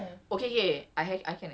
eh lupa ah K jap